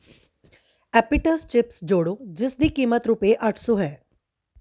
Appitas chips ਜੋੜੋ ਜਿਸ ਦੀ ਕੀਮਤ ਰੁਪਏ ਅੱਠ ਸੌ ਹੈ